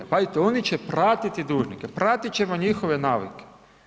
Pazite oni će pratiti dužnike, pratiti ćemo njihove navike.